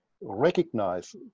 recognize